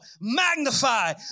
magnify